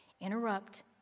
Interrupt